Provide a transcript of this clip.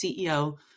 CEO